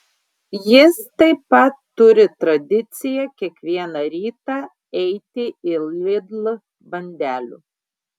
jis taip pat turi tradiciją kiekvieną rytą eiti į lidl bandelių